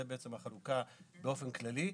זו בעצם החלוקה באופן כללי.